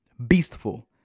Beastful